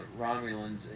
Romulans